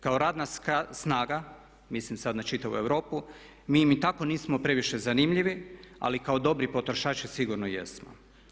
Kao radna snaga, mislim sada na čitavu Europu mi im i tako nismo previše zanimljivi ali kao dobri potrošači sigurno jesmo.